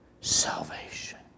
salvation